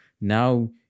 now